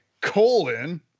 colon